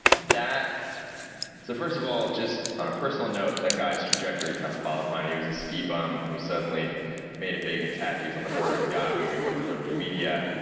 that so, first of all, on a personal note, that guy's trajectory kind of followed mine. he was a ski bum, who suddenly made it big in tech. he was on the board at yahoo, he worked at liberty media,